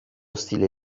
stile